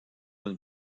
une